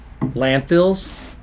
landfills